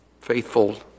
faithful